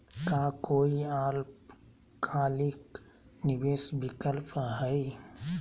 का काई अल्पकालिक निवेस विकल्प हई?